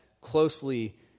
closely